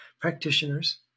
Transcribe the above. practitioners